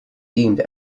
deemed